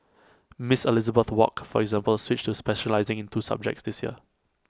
miss Elizabeth wok for example switched to specialising in two subjects this year